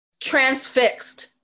transfixed